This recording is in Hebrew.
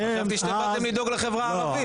חשבתי שבאתם אתם לדאוג לחברה הערבית.